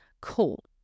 cool